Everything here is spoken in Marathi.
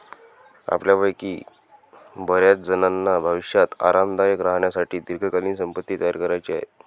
आपल्यापैकी बर्याचजणांना भविष्यात आरामदायक राहण्यासाठी दीर्घकालीन संपत्ती तयार करायची आहे